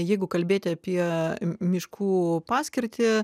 jeigu kalbėti apie miškų paskirtį